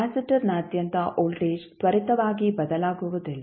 ಕೆಪಾಸಿಟರ್ನಾದ್ಯಂತ ವೋಲ್ಟೇಜ್ ತ್ವರಿತವಾಗಿ ಬದಲಾಗುವುದಿಲ್ಲ